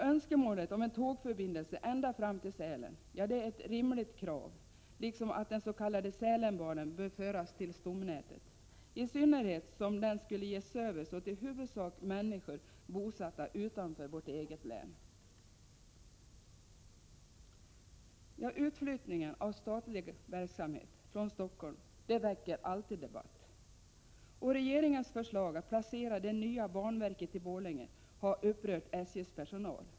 Önskemålet om en tågförbindelse ända fram till Sälen är rimligt, liksom kravet att den s.k. Sälenbanan skall föras till stomnätet, i synnerhet som den i huvudsak skulle ge service till människor bosatta utanför vårt eget län. Utflyttningen av statliga verksamheter från Stockholm väcker alltid debatt. Regeringens förslag att placera det nya banverket i Borlänge har upprört SJ:s personal.